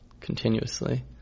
continuously